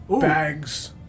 bags